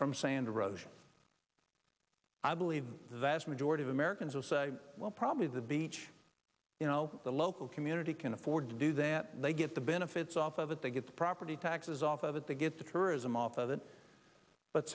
from santa rosa i believe the vast majority of americans will say well probably the beach you know the local community can afford to do that they get the benefits off of it they get the property taxes off of it they get the tourism off of it but